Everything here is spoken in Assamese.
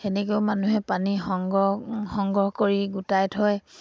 সেনেকৈও মানুহে পানী সংগ্ৰহ সংগ্ৰহ কৰি গোটাই থয়